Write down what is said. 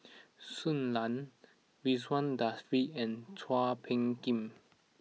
Shui Lan Ridzwan Dzafir and Chua Phung Kim